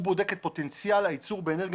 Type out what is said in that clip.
הוא בודק את פוטנציאל הייצור באנרגיה